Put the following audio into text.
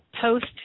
post